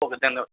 okay धन्यवाद